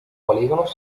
polígonos